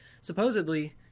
Supposedly